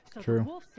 True